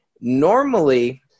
normally